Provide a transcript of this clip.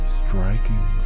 striking